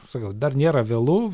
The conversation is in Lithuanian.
sakau dar nėra vėlu